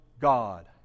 God